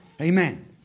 Amen